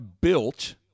built